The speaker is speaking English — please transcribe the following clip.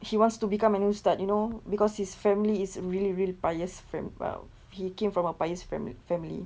he wants to become an ustad you know because his family is really really pious fami~ well he came from a pious fami~ family